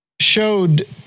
showed